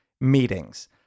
meetings